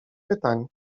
pytań